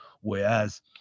whereas